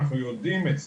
אנחנו יודעים את זה.